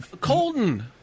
Colton